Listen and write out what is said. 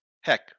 heck